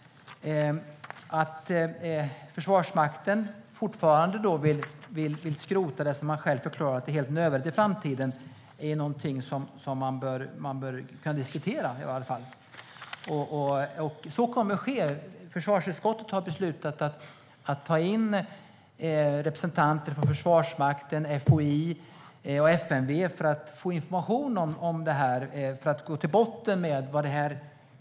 Att Försvarsmakten fortfarande vill skrota det som man själv förklarar är helt nödvändigt i framtiden är någonting som i varje fall bör kunna diskuteras. Så kommer att ske. Försvarsutskottet har beslutat att ta in representanter från Försvarsmakten, FOI och FMV för att få information om det här och för att gå till botten med detta.